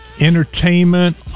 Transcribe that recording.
entertainment